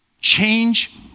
Change